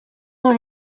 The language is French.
dans